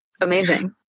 Amazing